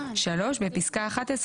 בפסקה (11),